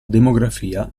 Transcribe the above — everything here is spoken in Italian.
demografia